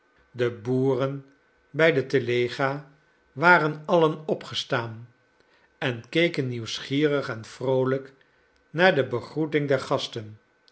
de boeren bij de telega waren allen opgestaan en keken nieuwsgierig en vroolijk naar de begroeting der gasten